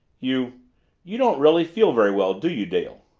you you don't really feel very well, do you, dale?